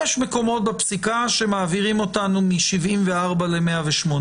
יש מקומות בפסיקה שמעבירים אותנו מ-74 ל-108.